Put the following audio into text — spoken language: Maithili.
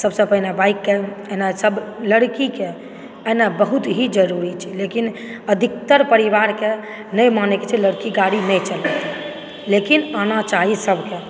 सबसे पहिने बाइक के एनाइ सब लड़की के एनाइ बहुत ही ज़रूरी छै लेकिन अधिकतर परिवार के नहि मानै छै लड़की गाड़ी नहि चलाबै लेकिन आना चाही सबके